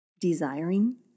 desiring